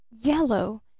Yellow